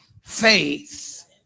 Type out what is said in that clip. faith